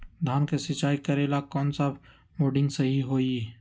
धान के सिचाई करे ला कौन सा बोर्डिंग सही होई?